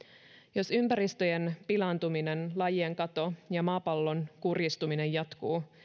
jos ympäristöjen pilaantuminen lajien kato ja maapallon kurjistuminen jatkuu